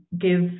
give